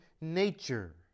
nature